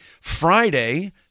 Friday